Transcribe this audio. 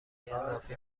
اضافی